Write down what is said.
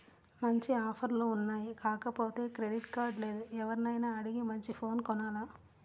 మంచి ఆఫర్లు ఉన్నాయి కాకపోతే క్రెడిట్ కార్డు లేదు, ఎవర్నైనా అడిగి మంచి ఫోను కొనాల